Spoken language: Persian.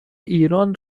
ایران